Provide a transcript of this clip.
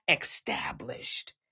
established